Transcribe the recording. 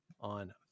on